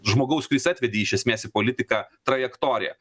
žmogaus kuris atvedė jį iš esmės į politiką trajektoriją